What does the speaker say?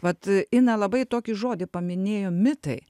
vat ina labai tokį žodį paminėjo mitai